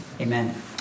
Amen